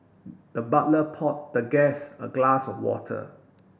the butler poured the guest a glass of water